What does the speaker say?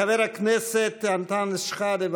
חבר הכנסת אנטאנס שחאדה,